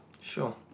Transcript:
Sure